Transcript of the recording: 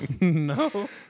No